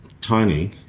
tiny